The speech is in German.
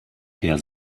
herr